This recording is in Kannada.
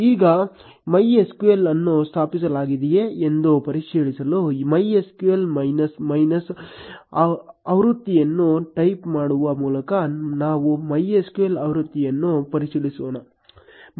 ಈಗ MySQL ಅನ್ನು ಸ್ಥಾಪಿಸಲಾಗಿದೆಯೇ ಎಂದು ಪರಿಶೀಲಿಸಲು MySQL ಮೈನಸ್ ಮೈನಸ್ ಆವೃತ್ತಿಯನ್ನು ಟೈಪ್ ಮಾಡುವ ಮೂಲಕ ನಾವು MySQL ಆವೃತ್ತಿಯನ್ನು ಪರಿಶೀಲಿಸೋಣ